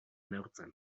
neurtzen